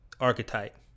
archetype